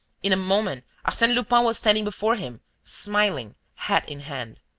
in a moment, arsene lupin was standing before him, smiling, hat in hand.